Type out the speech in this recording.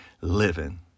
living